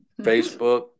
Facebook